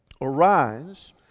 arise